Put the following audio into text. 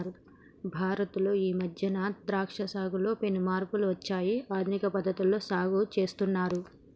భారత్ లో ఈ మధ్యన ద్రాక్ష సాగులో పెను మార్పులు వచ్చాయి ఆధునిక పద్ధతిలో సాగు చేస్తున్నారు